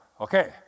okay